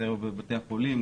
מסייר בבתי החולים,